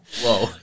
whoa